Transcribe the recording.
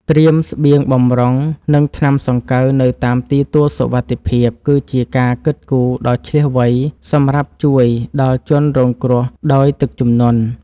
ត្រៀមស្បៀងបម្រុងនិងថ្នាំសង្កូវនៅតាមទីទួលសុវត្ថិភាពគឺជាការគិតគូរដ៏ឈ្លាសវៃសម្រាប់ជួយដល់ជនរងគ្រោះដោយទឹកជំនន់។